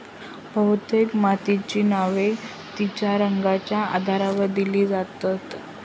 बहुतेक मातीची नावे तिच्या रंगाच्या आधारावर दिली जातात